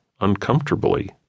uncomfortably